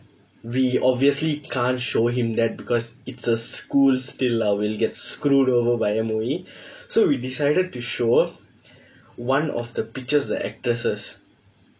we obviously can't show him that because it's a school still ah we'll get screwed over by M_O_E so we decided to show one of the pictures of the actresses